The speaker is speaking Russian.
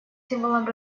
символом